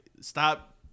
stop